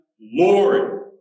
Lord